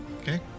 Okay